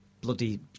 bloody